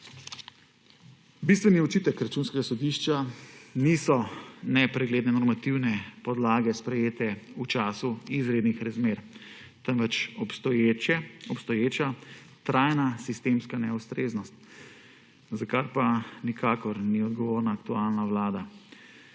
Bistveni očitek Računskega sodišča niso nepregledne normativne podlage, sprejete v času izrednih razmer, temveč obstoječa trajna sistemska neustreznost, za kar pa nikakor ni odgovorna aktualna vlada.